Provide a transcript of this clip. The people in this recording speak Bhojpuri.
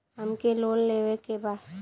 हमके लोन लेवे के बा?